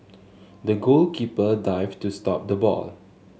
the goalkeeper dived to stop the ball